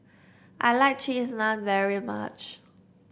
I like Cheese Naan very much